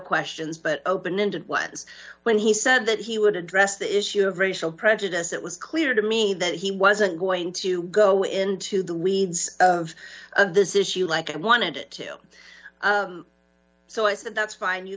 questions but open ended what when he said that he would address the issue of racial prejudice it was clear to me that he wasn't going to go into the weeds of this issue like i wanted to so i said that's fine you